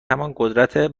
همانقدر